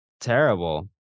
terrible